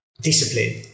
Discipline